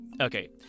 Okay